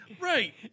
Right